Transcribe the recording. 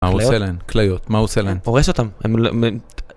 מה הוא עושה להם? כליות. מה הוא עושה להם? הורס אותם.